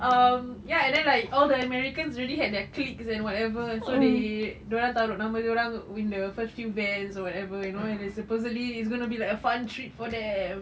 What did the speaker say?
um ya and then like all the americans already had their cliques and whatever so they dorang taruk nama dorang in the first few vans or whatever you know supposedly it's gonna be like a fun trip for them